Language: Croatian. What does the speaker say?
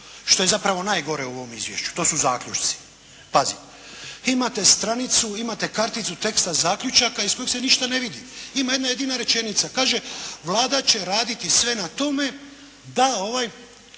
što je zapravo najgore u ovom izvješću. To su zaključci. Pazi, imate stranicu, imate karticu teksta zaključaka iz kojih se ništa ne vidi. Ima jedna jedina rečenica. Kaže: «Vlada će raditi sve na tome da ovaj,